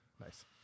Nice